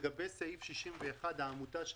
לגבי עמותה מספר 5 ברשימת העמותות לעניין סעיף 61,